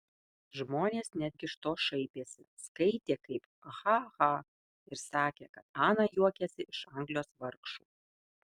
žmonės netgi iš to šaipėsi skaitė kaip ha ha ir sakė kad ana juokiasi iš anglijos vargšų